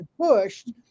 pushed